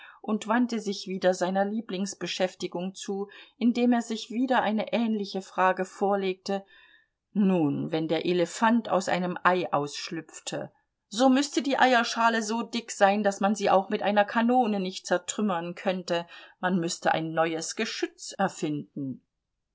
und wandte sich wieder seiner lieblingsbeschäftigung zu indem er sich wieder eine ähnliche frage vorlegte nun wenn der elefant aus einem ei ausschlüpfte so müßte die eierschale so dick sein daß man sie auch mit einer kanone nicht zertrümmern könnte man müßte ein neues geschütz erfinden